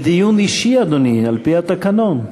זה דיון אישי, אדוני, לפי התקנון.